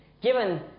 given